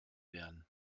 werden